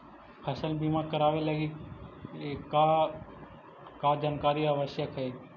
फसल बीमा करावे लगी का का जानकारी आवश्यक हइ?